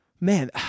Man